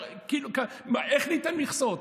איך ניתן מכסות?